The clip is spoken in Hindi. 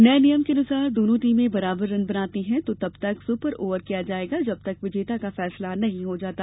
नए नियम के अनुसार दोनों टीमें बराबर रन बनाती हैं तो तब तक सुपर ओवर किया जाएगा जब तक विजेता का फैसला नहीं हो जाता